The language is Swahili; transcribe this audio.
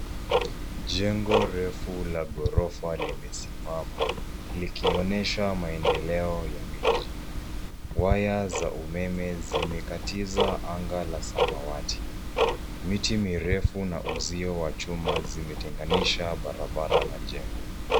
Jengo refu la ghorofa limesimama, likionyesha maendeleo ya miji. Waya za umeme zimekatiza anga la samawati. Miti mirefu na uzio wa chuma zimetenganisha barabara na jengo.